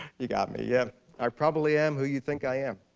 you got me. yeah i probably am who you think i am.